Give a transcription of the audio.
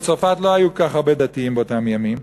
בצרפת לא היו כל כך הרבה דתיים באותם ימים.